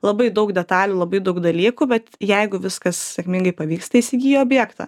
labai daug detalių labai daug dalykų bet jeigu viskas sėkmingai pavyksta įsigyji objektą